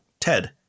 Ted